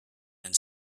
and